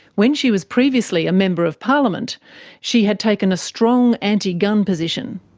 when she was previously a member of parliament she had taken a strong anti-gun position.